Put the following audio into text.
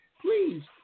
Please